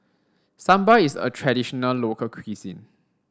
Sambar is a traditional local cuisine